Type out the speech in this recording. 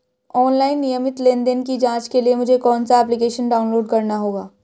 Online नियमित लेनदेन की जांच के लिए मुझे कौनसा एप्लिकेशन डाउनलोड करना होगा?